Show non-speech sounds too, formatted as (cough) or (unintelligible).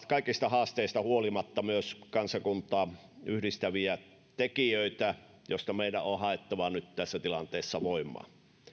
(unintelligible) kaikista haasteista huolimatta myös kansakuntaa yhdistäviä tekijöitä joista meidän on haettava nyt tässä tilanteessa voimaa